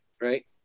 right